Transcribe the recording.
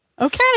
okay